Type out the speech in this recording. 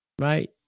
right